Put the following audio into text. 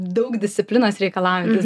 daug disciplinos reikalaujantis